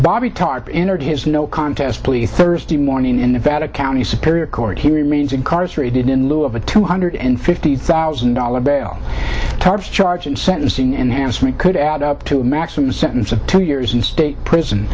bobby talked entered his no contest plea thursday morning in nevada county superior court he remains incarcerated in lieu of a two hundred fifty thousand dollars bail top charge and sentencing enhancement could add up to a maximum sentence of two years in state prison